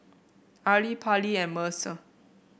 Arely Pallie and Mercer